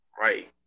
Right